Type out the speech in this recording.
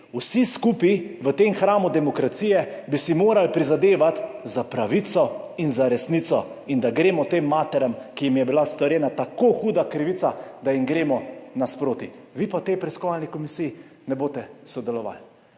Vsi skupaj v tem hramu demokracije bi si morali prizadevati za pravico in za resnico, da gremo nasproti tem materam, ki jim je bila storjena tako huda krivica, vi pa v tej preiskovalni komisiji ne boste sodelovali.